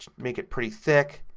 make it pretty thick,